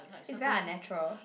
is very unnatural